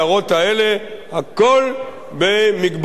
הכול במגבלות של המציאות,